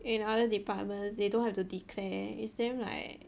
in other departments they don't have to declare it's damn like